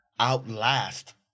outlast